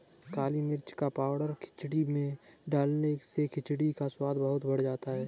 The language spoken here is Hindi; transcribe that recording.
काली मिर्च का पाउडर खिचड़ी में डालने से खिचड़ी का स्वाद बहुत बढ़ जाता है